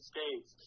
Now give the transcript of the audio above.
States